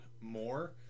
more